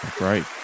Right